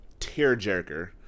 tearjerker